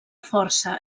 força